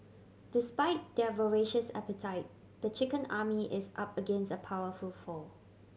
despite their voracious appetite the chicken army is up against a powerful foe